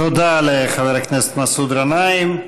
תודה לחבר הכנסת מסעוד גנאים.